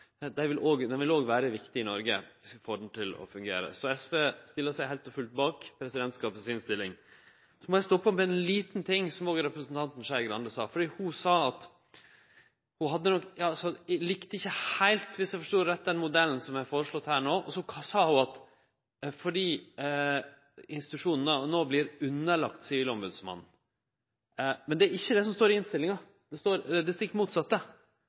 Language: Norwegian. Dei er viktige i mange andre land. Ein slik institusjon vil òg vere viktig i Noreg, viss vi får han til å fungere. Så SV stillar seg heilt og fullt bak innstillinga frå presidentskapet. Så må eg stoppe opp ved ein liten ting som representanten Skei Grande òg sa. Ho sa, viss eg forstod det rett, at ho ikkje heilt likte den modellen som er føreslegen her no, fordi institusjonen no vert lagd under Sivilombotsmannen. Men det er ikkje det som står i innstillinga. Der står det stikk motsette.